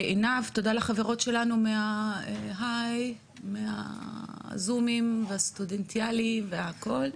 עינב, תודה לחברות שלנו מהזום והסטודנטיאלי והכל.